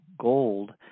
gold